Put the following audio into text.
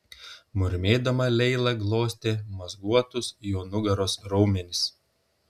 murmėdama leila glostė mazguotus jo nugaros raumenis